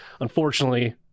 Unfortunately